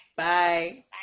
Bye